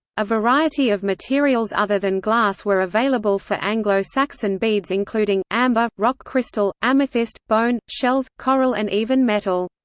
a variety of materials other than glass were available for anglo-saxon beads including amber, rock crystal, amethyst, bone, shells, coral and even metal.